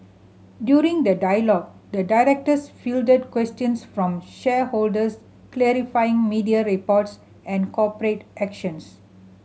during the dialogue the directors fielded questions from shareholders clarifying media reports and corporate actions